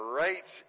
right